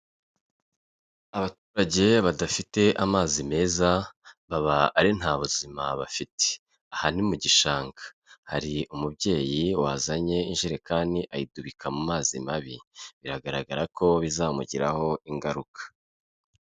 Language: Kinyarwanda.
Abaturage badafite amazi meza, baba ari nta buzima bafite, aha ni mu gishanga, hari umubyeyi wazanye ijerekani ayidubika mu mazi mabi, biragaragara ko bizamugiraho ingaruka.